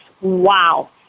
wow